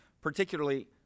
particularly